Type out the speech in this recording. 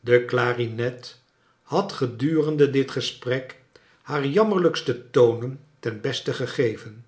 de clarinet had gedurende dit gesprek haar jammerlijkste tonen ten beste gegeven